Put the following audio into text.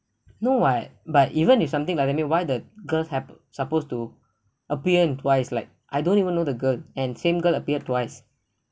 no [what] but even if something like that why the girls have supposed to appear in twice like I don't even know the girl and same girl appeared twice